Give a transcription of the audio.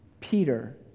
Peter